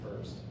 first